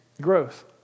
growth